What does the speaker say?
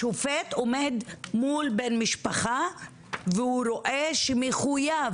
השופט עומד מול בן משפחה והוא רואה שמחויב,